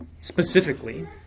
specifically